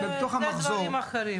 התשובה היא כן.